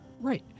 Right